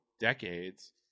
decades